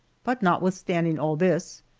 but notwithstanding all this,